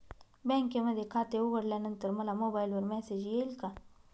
बँकेमध्ये खाते उघडल्यानंतर मला मोबाईलवर मेसेज येईल का?